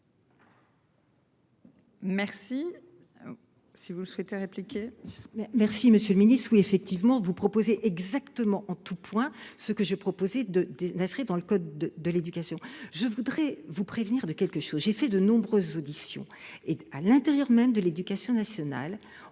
Merci. Si vous le souhaitez répliquer. Mais merci. Monsieur le Ministre, oui effectivement vous proposez exactement en tout point ce que j'ai proposé de, de Nasri dans le code de l'éducation. Je voudrais vous prévenir de quelque chose, j'ai fait de nombreuses auditions et à l'intérieur même de l'éducation nationale,